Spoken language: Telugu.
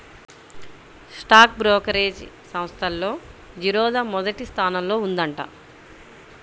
స్టాక్ బ్రోకరేజీ సంస్థల్లో జిరోదా మొదటి స్థానంలో ఉందంట